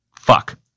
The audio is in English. Fuck